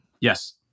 yes